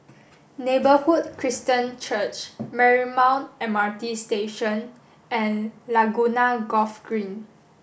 Neighbourhood Christian Church Marymount M R T Station and Laguna Golf Green